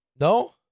No